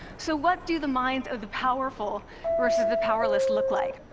so what do the minds of the powerful versus the powerless look like?